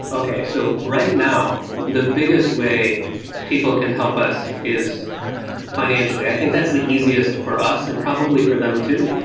okay, so right now the biggest way people can help us is financially. i think that's the easiest for us and probably for them too.